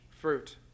fruit